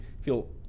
feel